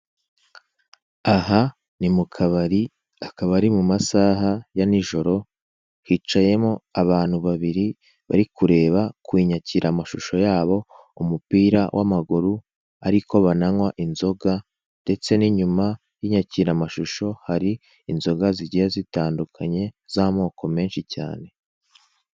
Aha ni mu kabari, akaba ari mu masaha ya ninjoro. Hicayemo abantu babiri bari kureba ku nyakiramashusho yabo umupira w'amaguru, ariko bananywa inzoga, ndetse n'inyuma y'inyakiramashusho hari inzoga zigiye zitandukanye z'amoko menshi cyane.